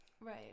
Right